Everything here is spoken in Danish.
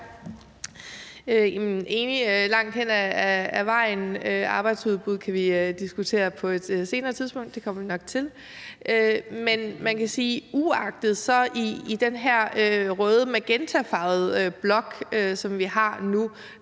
enig langt hen ad vejen. Arbejdsudbud kan vi jo diskutere på et senere tidspunkt, og det kommer vi nok til. Men uagtet at vi kan sige, at vi i den her røde, magentafarvede blok, som vi har nu,